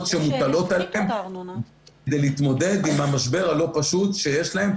שמוטלות עליהם ולהתמודד עם המשבר הלא פשוט שיש להם.